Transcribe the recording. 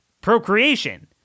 Procreation